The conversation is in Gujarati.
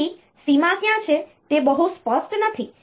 તેથી સીમા ક્યાં છે તે બહુ સ્પષ્ટ નથી